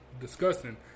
disgusting